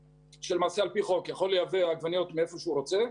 שלמעשה על פי חוק יכול לייבא עגבניות מאיפה שהוא רוצה,